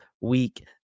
week